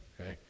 okay